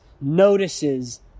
notices